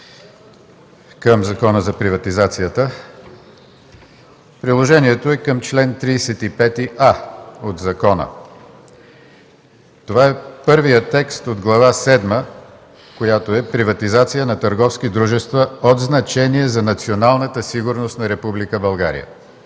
към Закона за приватизацията. Приложението е към чл. 35а от закона. Това е първият текст от Глава седма, която е „Приватизация на търговски дружества от значение за националната сигурност на